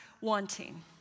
wanting